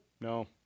No